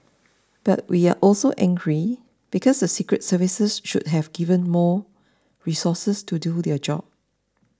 but we are also angry because the secret services should have been give more resources to do their job